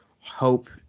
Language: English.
hope